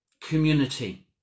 community